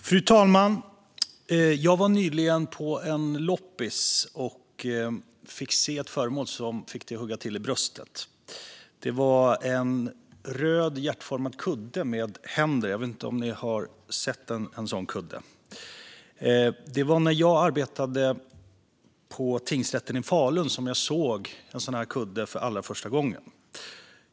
Fru talman! Jag var nyligen på en loppis och fick se ett föremål som fick det att hugga till i bröstet. Det var en röd hjärtformad kudde med händer - jag vet inte om ni har sett en sådan kudde. Det var när jag arbetade på tingsrätten i Falun som jag såg en sådan kudde för första gången.